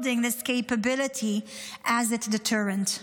this capability as its deterrent.